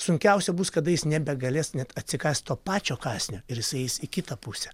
sunkiausia bus kada jis nebegalės net atsikąst to pačio kąsnio ir jisai eis į kitą pusę